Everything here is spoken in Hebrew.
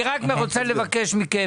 אני רק רוצה לבקש מכם